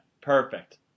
Perfect